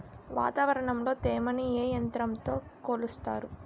వాతావరణంలో తేమని ఏ యంత్రంతో కొలుస్తారు?